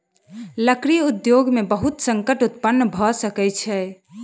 लकड़ी उद्योग में बहुत संकट उत्पन्न भअ सकै छै